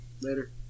Later